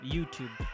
YouTube